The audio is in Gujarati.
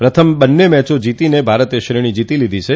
પ્રથમ બંને મેચો જીતીને ભારતે શ્રેણી જીતી લીધી છે